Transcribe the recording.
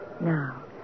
Now